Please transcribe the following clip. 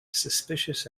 suspicious